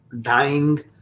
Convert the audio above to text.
dying